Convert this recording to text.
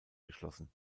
geschlossen